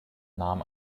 nahm